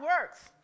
works